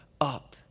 up